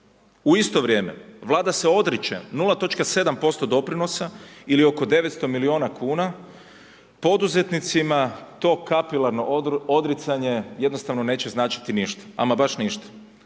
U isto vrijeme Vlada se odriče 0,7% doprinosa ili oko 900 miliona kuna poduzetnicima to kapilarno odricanje jednostavno neće značiti ništa, ama baš ništa,